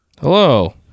Hello